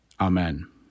Amen